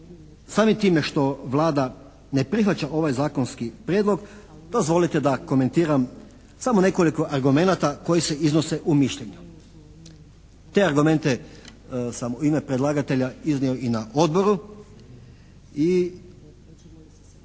samim time što Vlada ne prihvaća ovaj zakonski prijedlog, dozvolite da komentiram samo nekoliko argumenata koji se iznose u mišljenju. Te argumente sam u ime predlagatelja iznio i na odboru